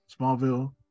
Smallville